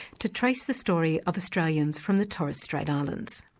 to trace the story of australians from the torres strait islands.